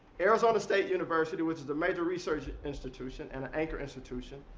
arizona state university, which is a major research institution and an anchor institution,